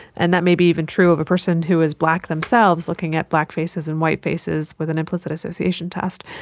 and that may be even true of a person who is black themselves looking at black faces and white faces with an implicit association test.